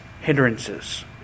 hindrances